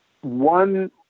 one